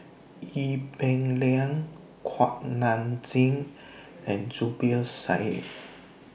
Ee Peng Liang Kuak Nam Jin and Zubir Said